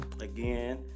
again